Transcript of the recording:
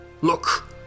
look